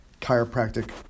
chiropractic